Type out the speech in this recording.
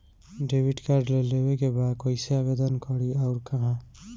Debit card लेवे के बा कइसे आवेदन करी अउर कहाँ?